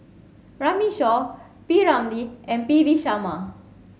Runme Shaw P Ramlee and P V Sharma